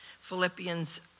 Philippians